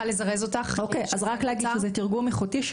לזרז אותך --- אז רק אגיד שזה תרגום איכותי,